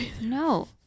No